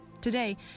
Today